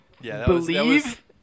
believe